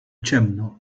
ciemno